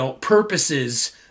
purposes